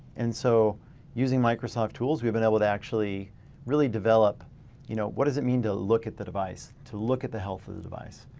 and so using microsoft tools we've been able to actually really develop you know, what does it mean to look at the device? to look at the health of the device?